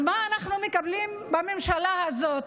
אז מה אנחנו מקבלים מהממשלה הזאת,